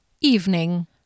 Evening